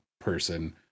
person